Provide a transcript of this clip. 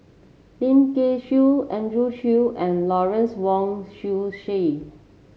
Lim Kay Siu Andrew Chew and Lawrence Wong Shyun Tsai